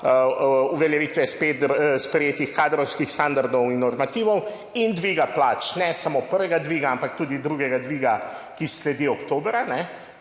uveljavitve sprejetih kadrovskih standardov in normativov in dviga plač, ne samo prvega dviga, ampak tudi drugega dviga, ki sledi oktobra,